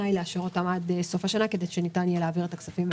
היא לאשר אותן עד סוף השנה כדי שניתן יהיה להעביר את הכספים לשימוש.